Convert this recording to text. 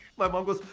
my mom goes,